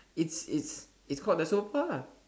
it's it's it's called the sofa lah